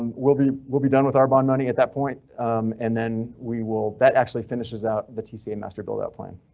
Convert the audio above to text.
um will be will be done with our bond money at that point and then we will. that actually finishes out the tcm master build out plan.